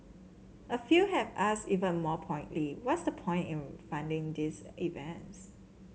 a few have asked even more pointedly what's the point in funding these events